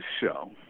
show